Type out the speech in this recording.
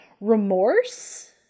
remorse